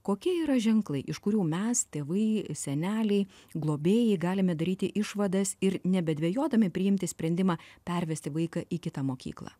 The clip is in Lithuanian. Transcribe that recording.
kokie yra ženklai iš kurių mes tėvai seneliai globėjai galime daryti išvadas ir nebedvejodami priimti sprendimą pervesti vaiką į kitą mokyklą